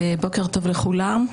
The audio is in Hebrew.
בוקר טוב לכולם,